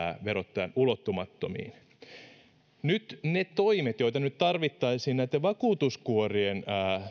verottajan ulottumattomiin ne toimet joita nyt tarvittaisiin näiden vakuutuskuorien